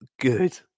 good